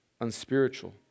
unspiritual